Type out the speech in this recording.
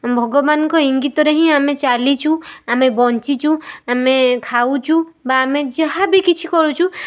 ଭଗବାନଙ୍କ ଇଙ୍ଗିତରେ ହିଁ ଆମେ ଚାଲିଛୁ ଆମେ ବଞ୍ଚିଛୁ ଆମେ ଖାଉଛୁ ବା ଆମେ ଯାହା ବି କିଛି କରୁଛୁ